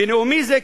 בנאומי זה,